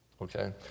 Okay